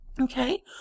Okay